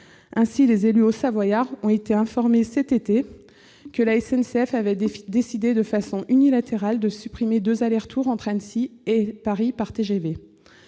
ainsi, les élus haut-savoyards ont été informés cet été que la SNCF avait décidé de façon unilatérale de supprimer deux allers-retours entre Annecy et Paris par TGV.